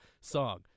song